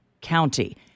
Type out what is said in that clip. County